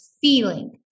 feeling